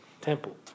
temple